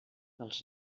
dels